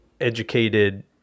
educated